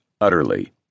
Utterly